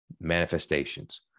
manifestations